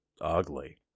ugly